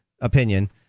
opinion